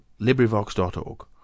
LibriVox.org